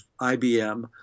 IBM